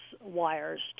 wires